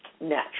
natural